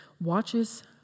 watches